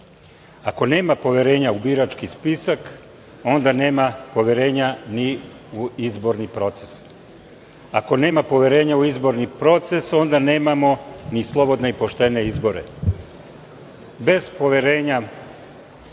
nema poverenja u birački spisak, onda nema poverenja ni u izborni proces. Ako nema poverenja u izborni proces, onda nemamo ni slobodne i poštene izbore. Bez poverenja,